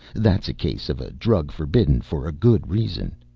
that's a case of a drug forbidden for a good reason.